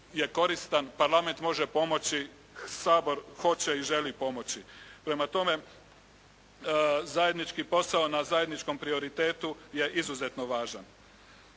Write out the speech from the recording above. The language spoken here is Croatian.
parlament može pomoći, Sabor hoće i želi pomoći. Prema tome, zajednički posao na zajedničkom prioritetu je izuzetno važan.